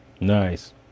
Nice